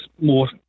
more